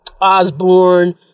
Osborne